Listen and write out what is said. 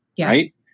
Right